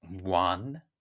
one